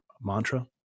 mantra